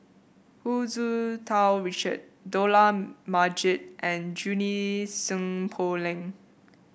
Hu Tsu Tau Richard Dollah Majid and Junie Sng Poh Leng